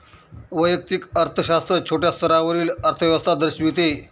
वैयक्तिक अर्थशास्त्र छोट्या स्तरावरील अर्थव्यवस्था दर्शविते